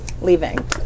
leaving